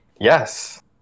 Yes